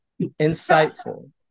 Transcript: Insightful